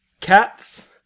Cats